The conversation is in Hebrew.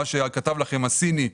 מה שכתב לכם הסיני,